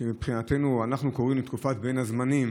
ומבחינתנו, אנחנו קוראים לתקופת בין הזמנים